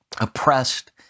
oppressed